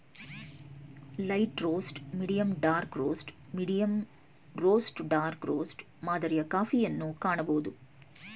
light roast, medium dark roast, medium roast dark roast ಮಾದರಿಯ ಕಾಫಿಯನ್ನು ಕಾಣಬೋದು